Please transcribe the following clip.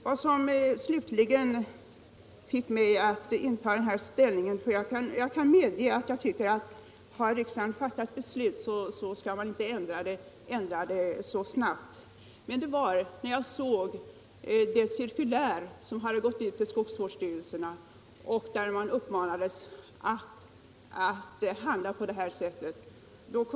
Jag kan medge att om riksdagen har fattat ett beslut skall det inte ändras så snabbt. Vad som emellertid fick mig att i denna fråga ändra inställning var det cirkulär som har gått ut till skogsvårdsstyrelserna där de uppmanades att handla på detta sätt.